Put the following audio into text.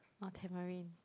orh Tamarind